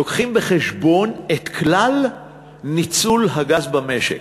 מביאים בחשבון את כלל ניצול הגז במשק,